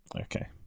Okay